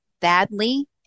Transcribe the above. badly